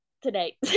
today